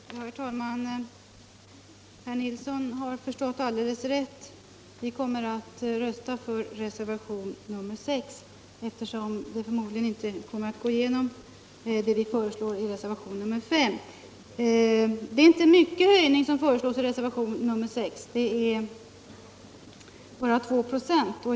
Herr talman! Herr Nilsson i Kristianstad har förstått alldeles rätt — vi kommer att rösta för reservation nr 6, eftersom vårt förslag i reservation nr 5 förmodligen inte kommer att gå igenom. Det är inte någon stor höjning som föreslås i reservation nr 6 — bara 2 96.